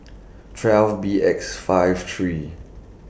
twelve B X five three